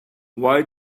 why